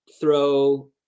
throw